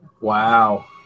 Wow